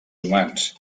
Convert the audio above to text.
humans